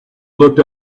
looked